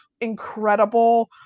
incredible